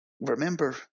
remember